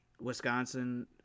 Wisconsin